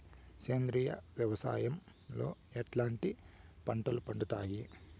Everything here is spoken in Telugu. సేంద్రియ వ్యవసాయం లో ఎట్లాంటి పంటలు పండుతాయి